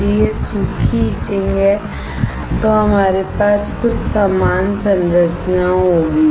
यदि यह सूखी इचिंग है तो हमारे पास कुछ समान संरचना होगी